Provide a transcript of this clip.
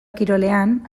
kirolean